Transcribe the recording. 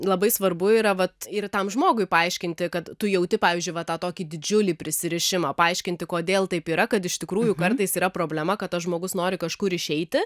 labai svarbu yra vat ir tam žmogui paaiškinti kad tu jauti pavyzdžiui va tą tokį didžiulį prisirišimą paaiškinti kodėl taip yra kad iš tikrųjų kartais yra problema kad tas žmogus nori kažkur išeiti